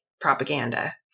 propaganda